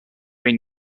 been